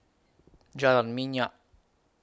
Jalan Minyak